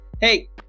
hey